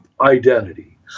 identity